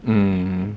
mm